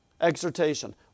exhortation